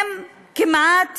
כמעט